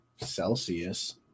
Celsius